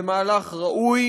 זה מהלך ראוי,